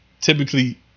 typically